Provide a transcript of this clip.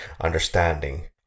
understanding